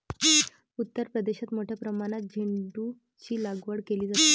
उत्तर प्रदेशात मोठ्या प्रमाणात झेंडूचीलागवड केली जाते